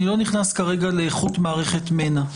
אני לא נכנס כרגע לאיכות מערכת מנע.